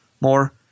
more